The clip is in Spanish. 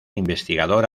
investigador